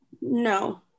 No